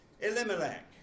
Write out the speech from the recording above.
Elimelech